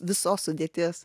visos sudėties